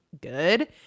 good